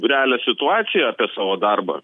realią situaciją apie savo darbą